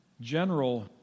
General